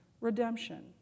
redemption